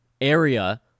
area